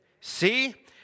See